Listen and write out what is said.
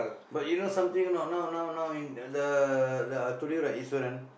but you know something or not now now now in the the I told you right Iswaran